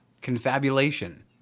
Confabulation